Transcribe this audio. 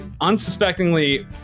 unsuspectingly